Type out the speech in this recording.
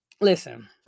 Listen